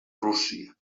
rússia